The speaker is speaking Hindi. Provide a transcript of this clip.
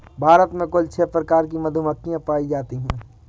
भारत में कुल छः प्रकार की मधुमक्खियां पायी जातीं है